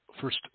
first